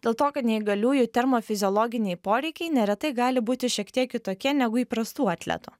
dėl to kad neįgaliųjų termofiziologiniai poreikiai neretai gali būti šiek tiek kitokie negu įprastų atletų